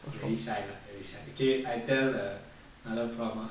very shy lah very shy okay I tell err another prompt ah